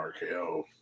RKO